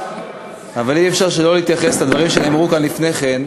אבל אי-אפשר שלא להתייחס לדברים שנאמרו כאן לפני כן.